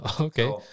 Okay